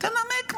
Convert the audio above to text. תנמק משהו,